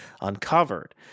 uncovered